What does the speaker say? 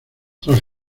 tras